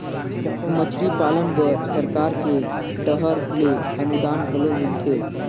मछरी पालन बर सरकार के डहर ले अनुदान घलो मिलथे